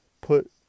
put